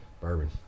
Bourbon